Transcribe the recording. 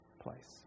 place